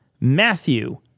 Matthew